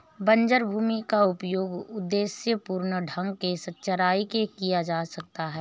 बंजर भूमि का उपयोग उद्देश्यपूर्ण ढंग से चराई के लिए किया जा सकता है